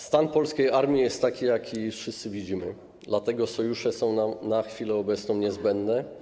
Stan polskiej armii jest taki, jaki wszyscy widzimy, dlatego sojusze są nam na chwilę obecną niezbędne.